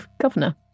governor